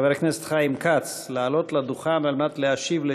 חבר הכנסת חיים כץ לעלות לדוכן על מנת להשיב על